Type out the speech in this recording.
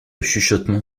chuchotement